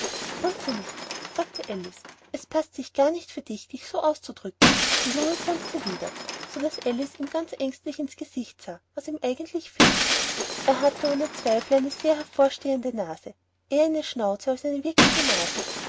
grunze nicht sagte alice es paßt sich gar nicht für dich dich so auszudrücken der junge grunzte wieder so daß alice ihm ganz ängstlich in's gesicht sah was ihm eigentlich fehle er hatte ohne zweifel eine sehr hervorstehende nase eher eine schnauze als eine wirkliche nase